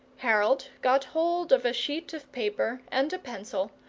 harold got hold of a sheet of paper and a pencil,